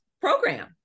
program